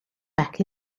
back